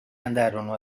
andarono